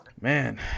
Man